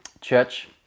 Church